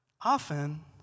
often